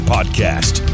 Podcast